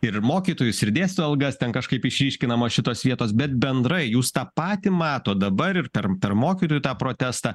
ir mokytojus ir dėstytojų algas ten kažkaip išryškinamos šitos vietos bet bendrai jūs tą patį matot dabar ir per mokytojų tą protestą